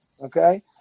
Okay